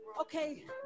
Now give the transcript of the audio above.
Okay